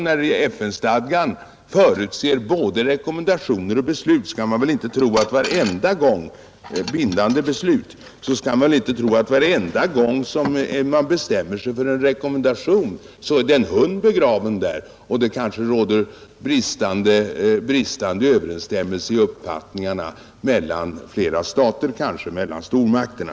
När FN-stadgan förutser både rekommendationer och bindande beslut skall man inte tro att varenda gång som man bestämmer sig för en rekommendation ligger det en hund begraven och råder det bristande överensstämmelse i uppfattningarna mellan flera stater — kanske mellan stormakterna.